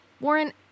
Warren